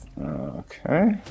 okay